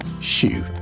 shoot